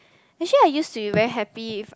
actually I used to be very happy